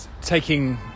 taking